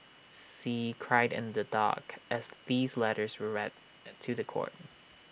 see cried in the dock as these letters were read to The Court